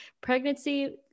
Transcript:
pregnancy